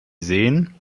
sehen